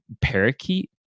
Parakeet